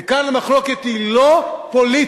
וכאן המחלוקת היא לא פוליטית.